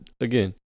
again